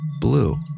blue